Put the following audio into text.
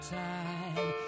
time